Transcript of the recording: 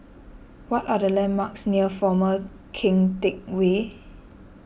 what are the landmarks near former Keng Teck Whay